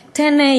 טנא,